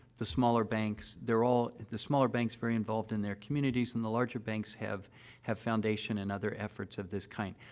the smaller banks, they're all the smaller banks are very involved in their communities, and the larger banks have have foundation and other efforts of this kind.